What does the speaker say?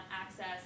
access